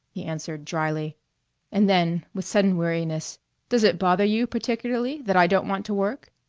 he answered dryly and then with sudden weariness does it bother you particularly that i don't want to work?